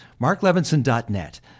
MarkLevinson.net